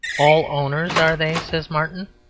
all owners are they? says martin.